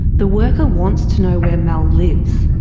the worker wants to know where mel lives.